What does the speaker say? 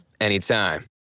anytime